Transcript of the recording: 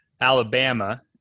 Alabama